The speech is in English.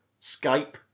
Skype